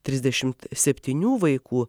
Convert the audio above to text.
trisdešimt septynių vaikų